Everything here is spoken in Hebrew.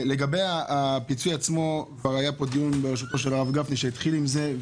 לגבי הפיצוי הנושר כבר עלה פה בדיון בראשות הרב גפני שהתחיל עם זה.